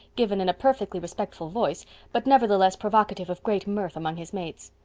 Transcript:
given in a perfectly respectful voice but nevertheless provocative of great mirth among his mates.